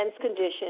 condition